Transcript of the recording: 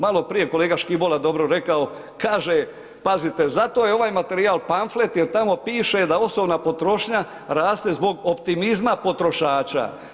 Maloprije je kolega Škibola dobro rekao, kaže pazite zato je ovaj materijal pamflet jer tamo piše da osobna potrošnja raste zbog optimizma potrošača.